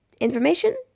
information